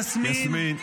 יסמין ----- יסמין,